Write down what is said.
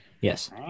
Yes